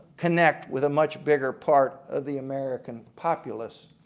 connect with a much bigger part of the american populace.